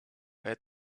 had